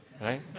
right